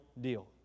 deal